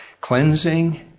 cleansing